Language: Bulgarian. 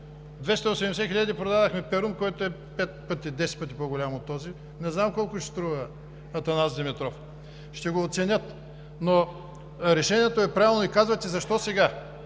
250 хиляди продадохме „Перун“, който е 5 – 10 пъти по-голям от този. Не знам колко ще струва „Атанас Димитров“, ще го оценят, но решението е правилно. Казвате: защо сега?